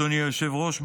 אדוני היושב-ראש,